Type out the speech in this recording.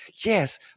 Yes